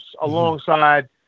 alongside